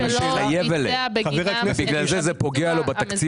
הוא התחייב אליהם ולכן זה פוגע לו בתקציב